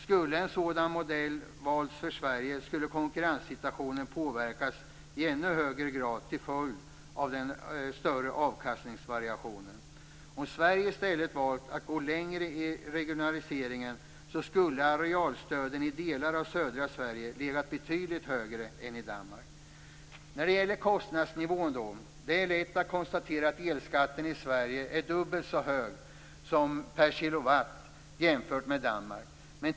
Skulle en sådan modell valts för Sverige skulle konkurrenssituationen påverkas i ännu högre grad till följd av den större avkastningsvariationen. Om Sverige i stället valt att gå längre i regionaliseringen, skulle arealstöden i delar av södra Sverige legat betydligt högre än i Danmark. När det gäller kostnadsnivån är det lätt att konstatera att elskatten i Sverige är dubbelt så hög per kilowattimme som i Danmark.